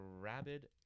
rabid